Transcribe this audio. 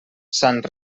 sant